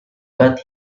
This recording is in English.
but